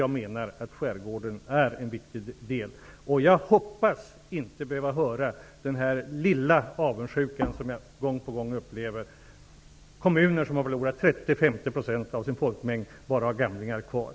Där menar jag att skärgården utgör en viktig del. Jag hoppas att inte behöva höra prov på den avundsjuka som gång på gång kommer till uttryck. Det handlar om kommuner som har förlorat 30--50 % av sin folkmängd och bara har gamlingar kvar.